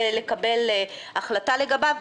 ולקבל החלטה לגביו.